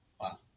Wow